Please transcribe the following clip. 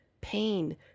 pain